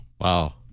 Wow